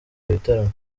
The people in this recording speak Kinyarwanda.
ibitaramo